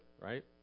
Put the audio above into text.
right